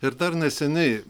ir dar neseniai